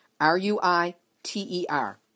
R-U-I-T-E-R